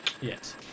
Yes